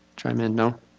chime in? no.